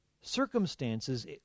circumstances